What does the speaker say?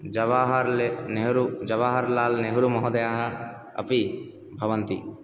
जवाहार् ले नेहरू जवहार्लाल् नेहरु महोदयः अपि भवन्ति